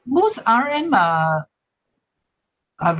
most R_M are are